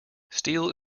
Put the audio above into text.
steel